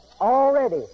already